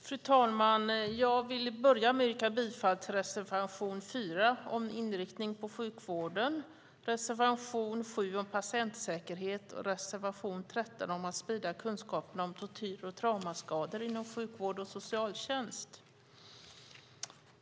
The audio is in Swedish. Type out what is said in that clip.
Fru talman! Jag börjar med att yrka bifall till reservation 4 om inriktning på sjukvården, reservation 7 om patientsäkerhet och reservation 13 om att sprida kunskaperna om tortyr och traumaskador inom sjukvård och socialtjänst.